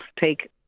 take